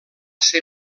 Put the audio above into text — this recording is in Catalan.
ser